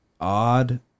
odd